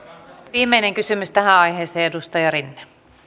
viimeinen kysymys tähän aiheeseen edustaja rinne